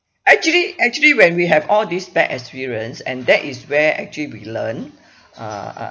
actually actually when we have all these bad experience and that is where actually we learn uh uh